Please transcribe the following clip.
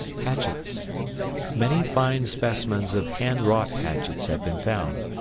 hatchets many fine specimens of handwrought hatchets have been found.